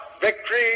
victory